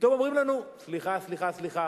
פתאום אומרים לנו: סליחה, סליחה, סליחה,